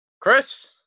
Chris